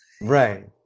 Right